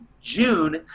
June